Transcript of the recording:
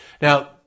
Now